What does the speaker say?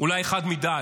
אולי חד מדי,